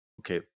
okay